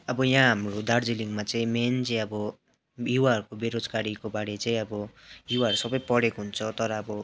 आबो यहाँ हाम्रो दार्जिलिङमा चाहिँ मेन चाहिँ अब युवाहरूको बेरोजगारीको बारे चाहिँ अब युवाहरू सबै पढेको हुन्छ तर अब